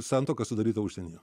santuoka sudaryta užsienyje